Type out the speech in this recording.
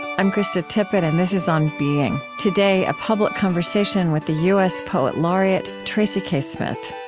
i'm krista tippett, and this is on being. today, a public conversation with the u s. poet laureate, tracy k. smith